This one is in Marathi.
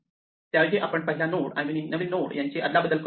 त्याऐवजी आपण पहिला नोड आणि नवीन नोड यांची अदलाबदल करतो